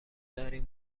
داریم